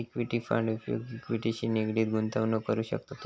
equity fund उपयोग इक्विटीशी निगडीत गुंतवणूक करूक करतत